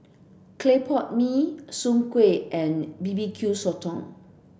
Clay Pot Mee Soon Kway and B B Q Sotong